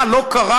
מה לא קרה,